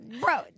bro